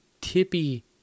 tippy